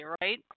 Right